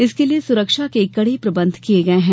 इसके लिए सुरक्षा के कड़े प्रबंध किए गए हैं